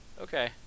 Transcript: Okay